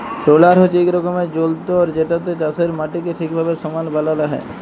roller হছে ইক রকমের যল্তর যেটতে চাষের মাটিকে ঠিকভাবে সমাল বালাল হ্যয়